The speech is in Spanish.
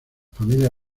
familia